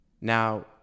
Now